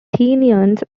athenians